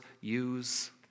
use